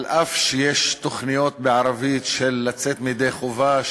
אף שיש תוכניות בערבית לצאת ידי חובה,